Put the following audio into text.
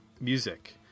music